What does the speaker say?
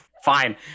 Fine